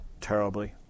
terribly